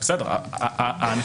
אגב,